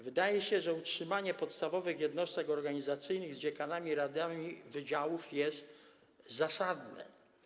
Wydaje się, że utrzymanie podstawowych jednostek organizacyjnych z dziekanami i radami wydziałów jest zasadne.